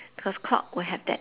because clock will have that